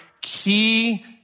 key